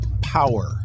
power